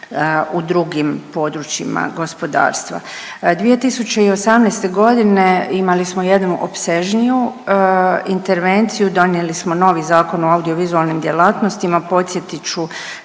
u drugim područjima gospodarstva. 2018.g. imali smo jednu opsežniju intervenciju, donijeli smo novi Zakon o audiovizualnim djelatnostima. Podsjetit